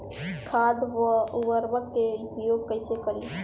खाद व उर्वरक के उपयोग कइसे करी?